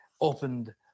opened